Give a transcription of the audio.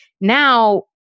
now